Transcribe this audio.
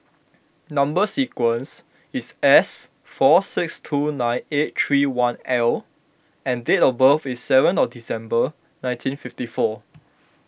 Number Sequence is S four six two nine eight three one L and date of birth is seven of December nineteen fifty four